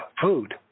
food